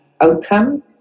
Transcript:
outcome